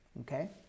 Okay